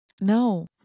No